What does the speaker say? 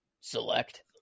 select